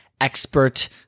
expert